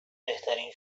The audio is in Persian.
بهترین